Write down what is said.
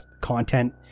content